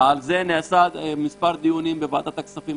ועל זה נעשו מספר דיונים בוועדת הכספים,